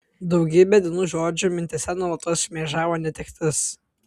daugybę dienų džordžo mintyse nuolatos šmėžavo netektis